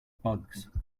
bugs